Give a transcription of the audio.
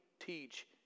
teach